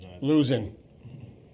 Losing